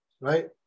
right